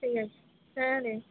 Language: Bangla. ঠিক আছে হ্যাঁ নে